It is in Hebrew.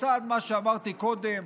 לצד מה שאמרתי קודם,